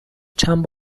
چند